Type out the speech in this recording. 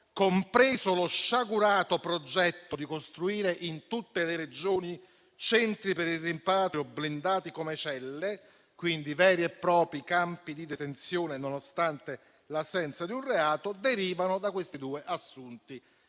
compreso lo sciagurato progetto di costruire in tutte le Regioni centri per il rimpatrio blindati come celle, quindi veri e propri campi di detenzione nonostante l'assenza di un reato, derivano da questi due assunti